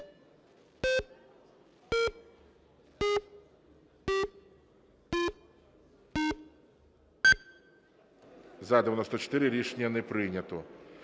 За-94 Рішення не прийнято.